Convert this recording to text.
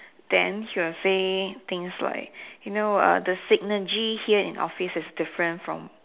then she will say things like you know the synergy here in office is different from